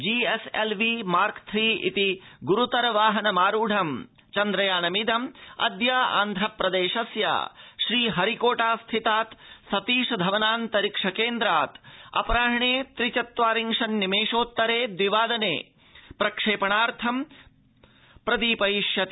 GSLV mark three इतिग्रुतर वाहनमारूढं चन्द्रयानमिदम् अद्य आन्ध्रप्रदेशस्य श्रीहरि कोटा स्थितात् सतीश धवनाऽन्तरिक्ष केन्द्रात् अपराह्ने त्रि चत्वारिंशन्निमेषोत्तरे द्वि वादने प्रक्षेपणार्थं प्रदीपयिष्यते